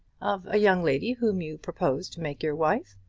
of a young lady whom you propose to make your wife.